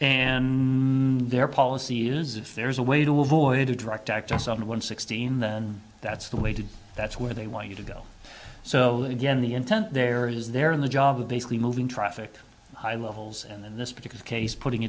and their policy is if there's a way to avoid a direct actors on one sixteen then that's the way to that's where they want you to go so that again the intent there is there in the job of basically moving traffic high levels and in this particular case putting